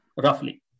roughly